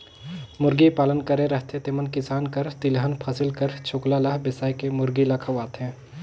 मुरगी पालन करे रहथें तेमन किसान कर तिलहन फसिल कर छोकला ल बेसाए के मुरगी ल खवाथें